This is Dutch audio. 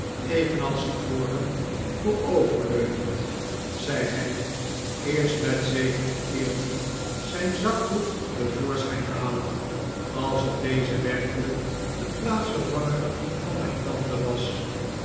evenals tevoren vooroverleunend zei hij eerst met zekeren eerbied zijn zakdoek te voorschijn halend alsof deze werkelijk een plaatsvervanger van mijn tante was